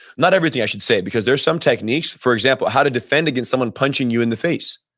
not everything i should say because there are some techniques, for example, how to defend against someone punching you in the face.